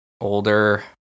older